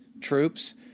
troops